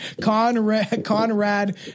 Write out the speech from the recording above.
Conrad